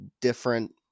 different